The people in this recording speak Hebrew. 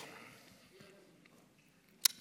אתם